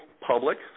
public